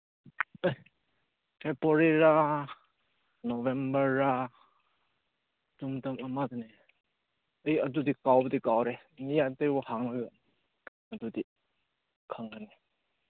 ꯑꯦ ꯐꯦꯕ꯭ꯋꯥꯔꯤꯔꯥ ꯅꯣꯕꯦꯝꯕꯔꯔꯥ ꯑꯩ ꯑꯗꯨ ꯑꯗꯨꯗꯤ ꯀꯥꯎꯕꯗꯤ ꯀꯥꯎꯔꯦ ꯃꯤ ꯑꯇꯩꯗ ꯍꯪꯉꯒ ꯑꯗꯨꯗꯤ ꯈꯪꯒꯅꯤ